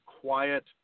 quiet